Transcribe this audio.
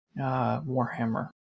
Warhammer